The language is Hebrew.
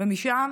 ומשם